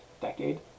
decade